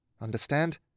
Understand